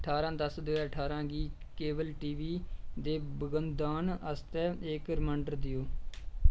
ठारां दस दो ज्हार ठारां गी केबल टीवी दे भुगतान आस्तै इक रिमाइन्डर देओ